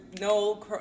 No